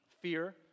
fear